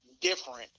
different